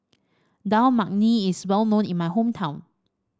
Dal Makhani is well known in my hometown